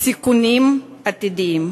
ימנעו סיכונים עתידיים.